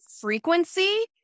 frequency